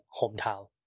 hometown